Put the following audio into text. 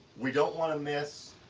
we don't wanna miss,